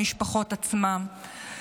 המשפחות עצמן.